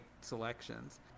selections